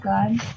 God